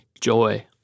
Joy